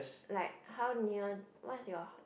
like how near what is your